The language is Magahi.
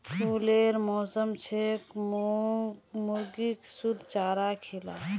फ्लूरेर मौसम छेक मुर्गीक शुद्ध चारा खिला